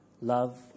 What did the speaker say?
love